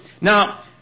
Now